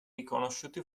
riconosciuti